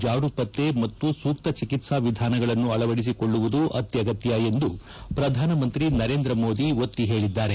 ಜಾಡು ಪತ್ತೆ ಮತ್ತು ಸೂಕ್ತ ಚಿಕಿತ್ಸಾ ವಿಧಾನಗಳನ್ನು ಅಳವಡಿಸಿಕೊಳ್ಳುವುದು ಅತ್ಯಗತ್ಯ ಎಂದು ಪ್ರಧಾನಮಂತ್ರಿ ನರೇಂದ್ರ ಮೋದಿ ಒತ್ತಿ ಹೇಳಿದ್ದಾರೆ